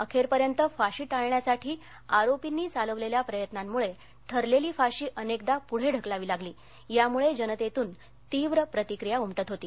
अखेरपर्यंत फाशी टाळण्यासाठी आरोपींनी चालवलेल्या प्रयत्नांमुळे ठरलेली फाशी अनेकदा पुढे ढकलावी लागली त्यामुळे जनतेतून तीव्र प्रतिक्रिया उमटत होती